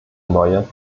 neue